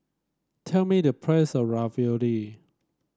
tell me the price of Ravioli